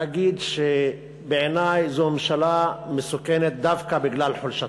להגיד שבעיני זו ממשלה מסוכנת דווקא בגלל חולשתה,